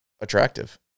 attractive